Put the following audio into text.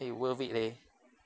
eh worth it leh